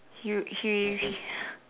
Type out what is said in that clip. you he